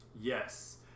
Yes